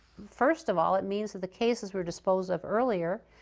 first of all, it means that the cases were disposed of earlier.